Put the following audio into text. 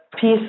peace